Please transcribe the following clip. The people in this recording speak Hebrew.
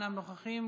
אינם נוכחים,